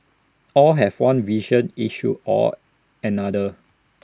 all have one vision issue or another